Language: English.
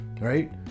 right